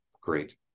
great